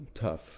tough